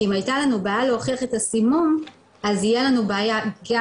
כי אם הייתה לנו בעיה להוכיח את הסימון אז יהיה לנו בעיה גם